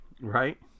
Right